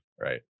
right